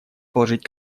положить